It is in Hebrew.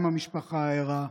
אם המשפחה ההרה,